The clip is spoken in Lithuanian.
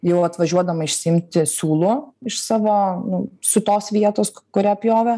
jau atvažiuodama išsiimti siūlų iš savo nu siūtos vietos kurią pjovė